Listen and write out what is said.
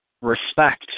respect